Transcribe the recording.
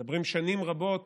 שנים רבות,